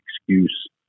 excuse